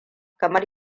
kamar